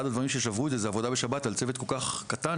אחד הדברים ששברו את זה זה עבודה בשבת על צוות כל כך קטן,